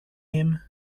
him